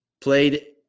played